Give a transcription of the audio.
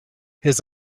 his